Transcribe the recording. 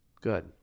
Good